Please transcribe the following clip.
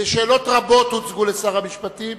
ושאלות רבות הוצגו לשר המשפטים,